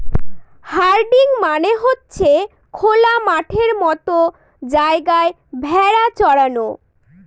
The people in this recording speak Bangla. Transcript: হার্ডিং মানে হচ্ছে খোলা মাঠের মতো জায়গায় ভেড়া চরানো